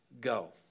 go